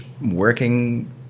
working